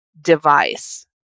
device